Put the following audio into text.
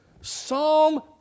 Psalm